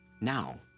now